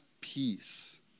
peace